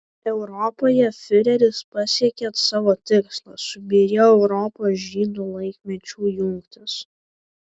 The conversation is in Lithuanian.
europoje fiureris pasiekė savo tikslą subyrėjo europos žydų laikmečių jungtis